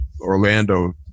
orlando